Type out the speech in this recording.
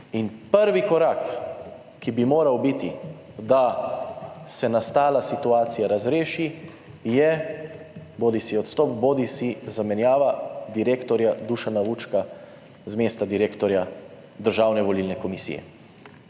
In prvi korak, ki bi moral biti, da se nastala situacija razreši, je bodisi odstop bodisi zamenjava direktorja Dušana Vučka z mesta direktorja Državne volilne komisije.